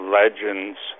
legends